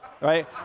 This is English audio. right